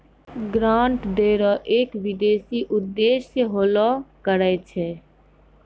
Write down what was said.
grant दै रो एक विशेष उद्देश्य होलो करै छै